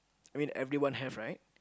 I mean everyone have right